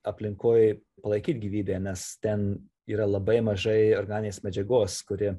aplinkoj palaikyt gyvybę nes ten yra labai mažai organinės medžiagos kuri